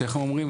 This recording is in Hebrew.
שאיך הם אומרים,